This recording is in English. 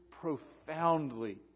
profoundly